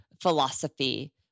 philosophy